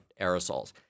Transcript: aerosols